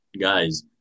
guys